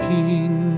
King